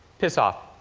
piss off.